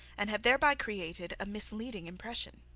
and have thereby created a misleading impression.